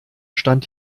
stand